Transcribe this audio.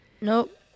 Nope